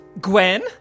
Gwen